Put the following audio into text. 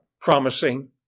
promising